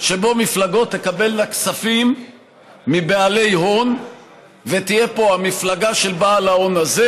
שבו מפלגות תקבלנה כספים מבעלי הון ותהיה פה המפלגה של בעל ההון הזה,